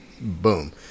boom